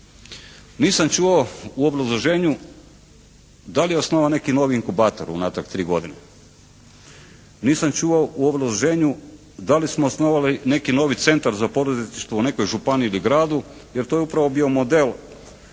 Nisam čuo u obrazloženju da li je osnovan neki novi inkubator unatrag 3 godine. Nisam čuo u obrazloženju da li smo osnovali neki novi centar za poduzetništvo u nekoj županiji ili gradu, jer to je upravo bio model